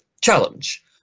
challenge